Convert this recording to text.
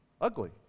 ugly